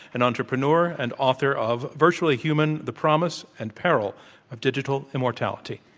and entrepreneur and author of, virtually human the promise and peril of digital immortality.